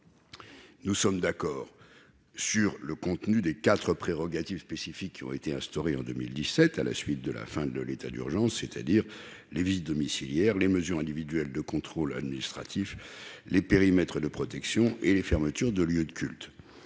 Nous sommes en effet d'accord sur le contenu des quatre prérogatives spécifiques, qui ont été instaurées en 2017 à l'issue de l'état d'urgence, c'est-à-dire les visites domiciliaires, les mesures individuelles de contrôle administratif, les périmètres de protection et les fermetures de lieux de culte.